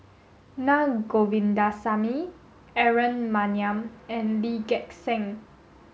Na Govindasamy Aaron Maniam and Lee Gek Seng